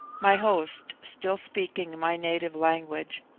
my host, still speaking my native language,